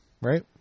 right